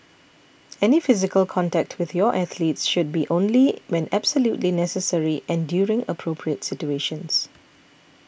any physical contact with your athletes should be only when absolutely necessary and during appropriate situations